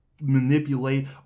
manipulate